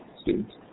students